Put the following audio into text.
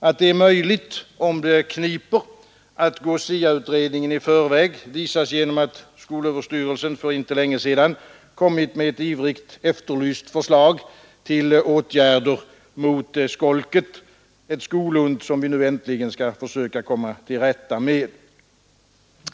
Att det är möjligt — om det kniper — att gå SIA-utredningen i förväg visas att skolöverstyrelsen för inte länge sedan kommit med ett ivrigt efterlyst förslag till åtgärder mot skolket, ett skolont som vi nu äntligen skall försöka komma till rätta med.